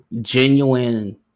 genuine